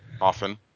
often